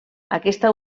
aquesta